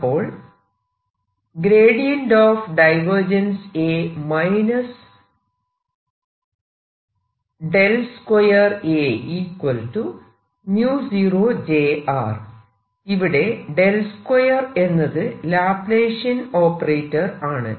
അപ്പോൾ ഇവിടെ 2 എന്നത് ലാപ്ലാഷിയൻ ഓപ്പറേറ്റർ ആണ്